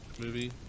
movie